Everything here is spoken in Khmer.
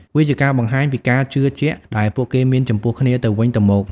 វាជាការបង្ហាញពីការជឿជាក់ដែលពួកគេមានចំពោះគ្នាទៅវិញទៅមក។